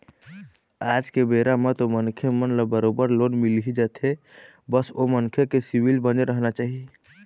आज के बेरा म तो मनखे मन ल बरोबर लोन मिलही जाथे बस ओ मनखे के सिविल बने रहना चाही